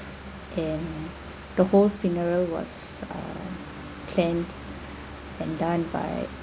and the whole funeral was uh planned and done by